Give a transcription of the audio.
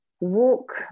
walk